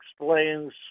explains